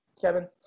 Kevin